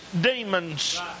demons